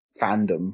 fandom